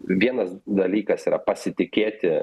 vienas dalykas yra pasitikėti